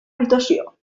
votació